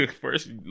first